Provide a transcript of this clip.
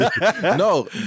No